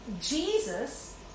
Jesus